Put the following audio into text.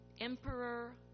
Emperor